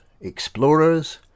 explorers